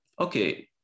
okay